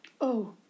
Oh